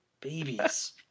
babies